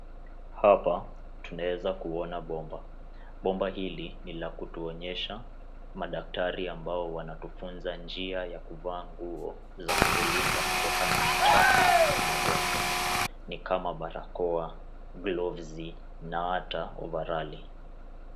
Hapa tunaweza kuona bomba. Bomba hili nilakutuonyesha madaktari ambao wanatufunza jinsi ya kuvaa nguo za kutulinda kutokana na uchafu na magonjwa. Ni kama barakoa, [cs ] gloves [cs ] na hata [cs ] ovarali[cs ].